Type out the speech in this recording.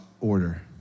Order